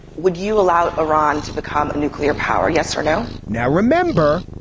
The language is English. would you allow iran to become a nuclear power? yes or no? now, remember,